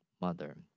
mother